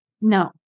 No